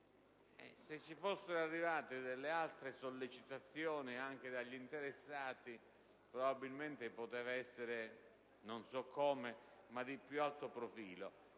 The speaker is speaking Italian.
Se fossero arrivate delle altre sollecitazioni, anche dagli interessati, probabilmente il testo poteva essere, non so come, ma di più alto profilo.